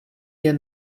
jen